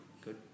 good